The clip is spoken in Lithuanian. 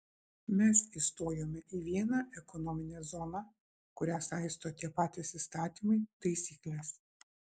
mes įstojome į vieną ekonominę zoną kurią saisto tie patys įstatymai taisyklės